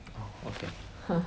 orh okay